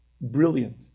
brilliant